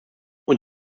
und